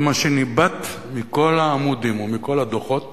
זה מה שניבט מכל העמודים ומכל הדוחות